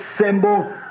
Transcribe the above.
symbol